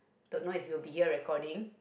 don't know if you'll be here recording